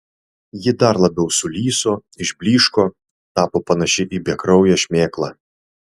ji dar labiau sulyso išblyško tapo panaši į bekrauję šmėklą